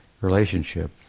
relationship